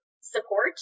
support